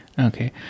Okay